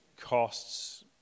costs